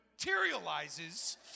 materializes